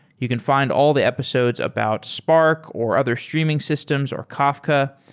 you can find all the episodes about spark, or other streaming systems, or kafka,